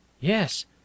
Yes